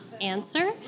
answer